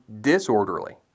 disorderly